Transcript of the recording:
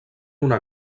una